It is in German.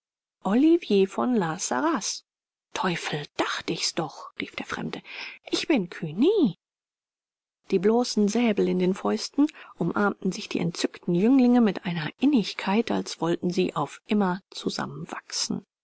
olivier von la sarraz teufel dacht ich's doch rief der fremde ich bin cugny die bloßen säbel in den fäusten umarmten sich die entzückten jünglinge mit einer innigkeit als wollten sie auf immer zusammenwachsen